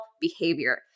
behavior